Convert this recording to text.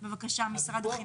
בבקשה, משרד החינוך.